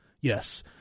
Yes